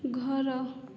ଘର